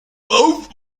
both